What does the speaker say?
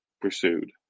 pursued